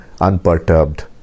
unperturbed